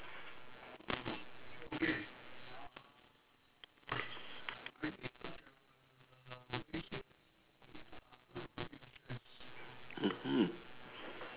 mmhmm